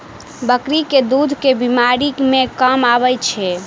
बकरी केँ दुध केँ बीमारी मे काम आबै छै?